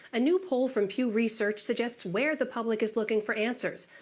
a new poll from pew research suggests where the public is looking for answers.